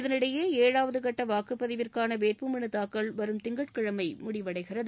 இதனிடையே ஏழாவது கட்ட வாக்குப் பதிவிற்கான வேட்பு மனுத் தாக்கல் வரும் திங்கட்கிழமை முடிவடைகிறது